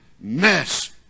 mess